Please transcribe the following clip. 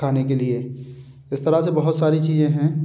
खाने के लिए इस तरह से बहुत सारी चीज़ें हैं